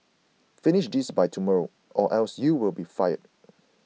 finish this by tomorrow or else you will be fired